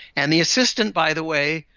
and the assistant, by the way,